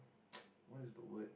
what is the word